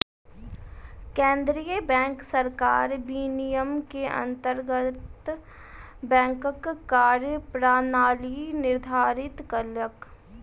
केंद्रीय बैंक सरकार विनियम के अंतर्गत बैंकक कार्य प्रणाली निर्धारित केलक